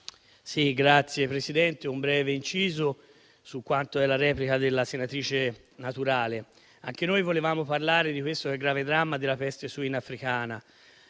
Signor Presidente, un breve inciso sulla replica della senatrice Naturale. Anche noi volevamo parlare di questo grave dramma della peste suina africana.